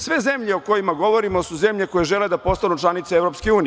Sve zemlje o kojima govorimo su zemlje koje žele da postanu članice EU.